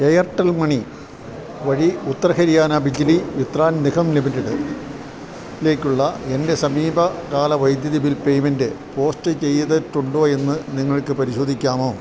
Airtel money വഴി ഉത്തർ ഹരിയാന ബിജ്ലി വിത്രാൻ നിഗം ലിമിറ്റഡ്ലേക്കുള്ള എൻ്റെ സമീപകാല വൈദ്യുതി ബിൽ പേയ്മെൻ്റ് പോസ്റ്റ് ചെയ്തിട്ടുണ്ടോ എന്ന് നിങ്ങൾക്ക് പരിശോധിക്കാമോ